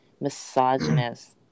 misogynist